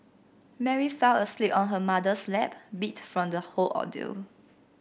Mary fell asleep on her mother's lap beat from the whole ordeal